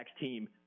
team